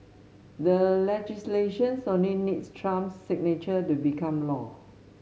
the legislations only needs Trump's signature to become law